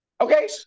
Okay